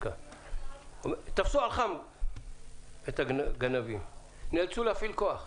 שתפסו על חם את הגנבים ונאלצו להפעיל כוח.